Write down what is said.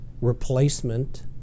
replacement